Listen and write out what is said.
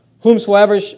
whomsoever